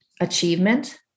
achievement